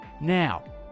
Now